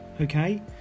okay